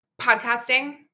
Podcasting